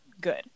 good